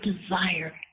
desire